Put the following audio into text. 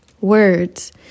Words